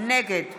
נגד